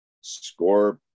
score